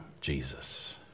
Jesus